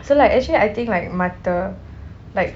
so like actually I think like மற்ற:mattra like